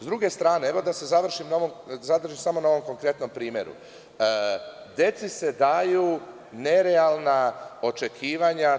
S druge strane, evo da se zadržim samo na ovom konkretnom primeru, deci se daju nerealna očekivanja.